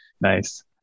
Nice